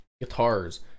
guitars